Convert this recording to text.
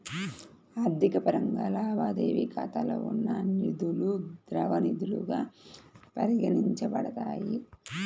ఆర్థిక పరంగా, లావాదేవీ ఖాతాలో ఉన్న నిధులుద్రవ నిధులుగా పరిగణించబడతాయి